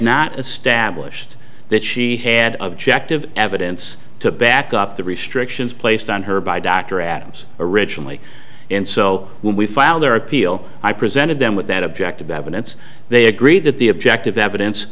not established that she had objective evidence to back up the restrictions placed on her by dr adams originally and so when we filed their appeal i presented them with that objective evidence they agreed that the objective evidence